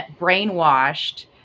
brainwashed